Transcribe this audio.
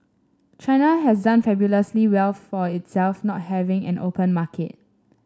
China has done fabulously well for itself not having an open market